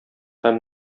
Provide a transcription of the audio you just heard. һәм